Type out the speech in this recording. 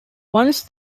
once